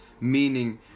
meaning